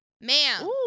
Ma'am